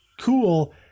cool